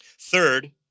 Third